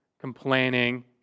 complaining